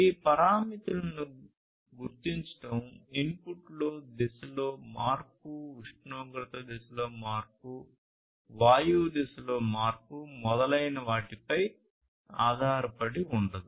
ఈ పారామితులను గుర్తించడం ఇన్పుట్ దిశలో మార్పు ఉష్ణోగ్రత దిశలో మార్పు వాయువు దిశలో మార్పు మొదలైన వాటిపై ఆధారపడి ఉండదు